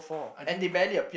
I didn't book